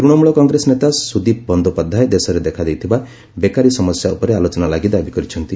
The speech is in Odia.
ତୃଣମୂଳ କଂଗ୍ରେସ ନେତା ସ୍ରଦୀପ ବନ୍ଦୋପାଧ୍ୟାୟ ଦେଶରେ ଦେଖାଦେଇଥିବା ବେକାରୀ ସମସ୍ୟା ଉପରେ ଆଲୋଚନା ଲାଗି ଦାବି କରିଛନ୍ତି